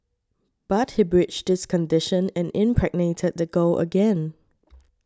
but he breached this condition and impregnated the girl again